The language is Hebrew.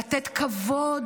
לתת כבוד